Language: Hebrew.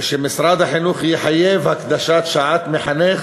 ושמשרד החינוך יחייב הקדשת שעת מחנך